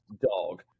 dog